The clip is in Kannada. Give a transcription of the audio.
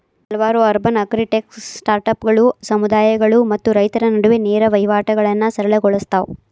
ಹಲವಾರು ಅರ್ಬನ್ ಅಗ್ರಿಟೆಕ್ ಸ್ಟಾರ್ಟ್ಅಪ್ಗಳು ಸಮುದಾಯಗಳು ಮತ್ತು ರೈತರ ನಡುವೆ ನೇರ ವಹಿವಾಟುಗಳನ್ನಾ ಸರಳ ಗೊಳ್ಸತಾವ